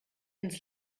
ins